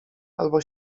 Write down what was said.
albo